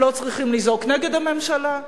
הם לא צריכים לזעוק נגד הממשלה,